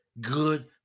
Good